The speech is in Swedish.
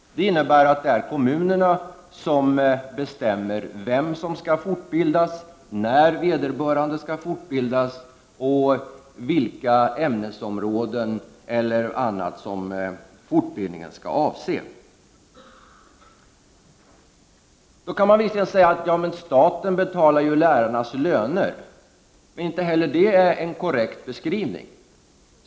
Det innebär att det är kommunerna som bestämmer vem som skall fortbildas, när vederbörande skall fortbildas och vilka ämnesområden eller annat som fortbildningen skall avse. Man kan visserligen säga: Ja, men staten beta lar ju lärarnas löner. — Inte heller det är en korrekt beskrivning.